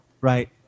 Right